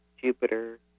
Jupiter